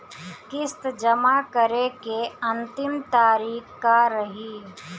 किस्त जमा करे के अंतिम तारीख का रही?